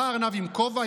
בא הארנב עם כובע,